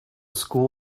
school